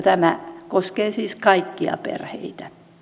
tämä koskee siis kaikkia perheitä